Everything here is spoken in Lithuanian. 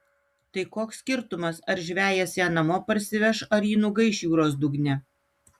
tai koks skirtumas ar žvejas ją namo parsiveš ar ji nugaiš jūros dugne